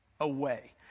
away